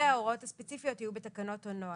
וההוראות הספציפיות יהיו בתקנות הנוהל.